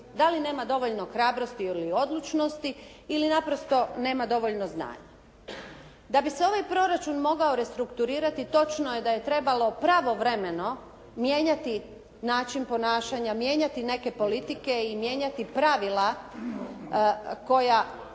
da li nema dovoljno hrabrosti ili odlučnosti ili naprosto nema dovoljno znanja. Da bi se ovaj proračun mogao restrukturirati točno je da je trebalo pravovremeno mijenjati način ponašanja, mijenjati neke politike i mijenjati pravila koja